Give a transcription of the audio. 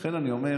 לכן אני אומר,